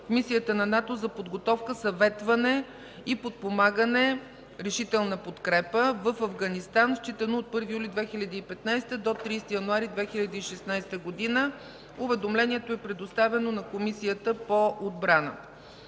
в мисията на НАТО за подготовка, съветване и подпомагане, решителна подкрепа в Афганистан, считано от 1 юли 2015 г. до 30 януари 2016 г. Уведомлението е предоставено на Комисията по отбрана.